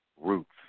roots